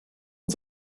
und